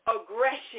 aggression